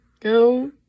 go